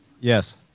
yes